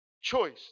choice